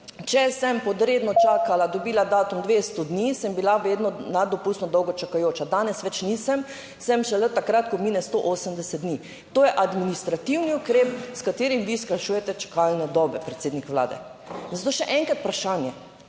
če sem pod redno čakala dobila datum 200 dni, sem bila vedno nad dopustno dolgo čakajoča, danes več nisem, sem šele takrat, ko mine 180 dni. To je administrativni ukrep, s katerim vi skrajšujete čakalne dobe, predsednik Vlade. Zato še enkrat vprašanje,